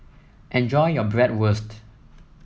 enjoy your Bratwurst